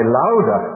louder